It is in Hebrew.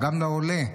גם לעולה,